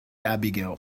abigail